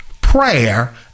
prayer